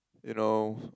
you know